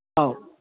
ꯑꯧ